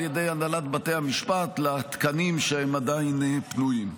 ידי הנהלת בתי המשפט לתקנים שעדיין פנויים.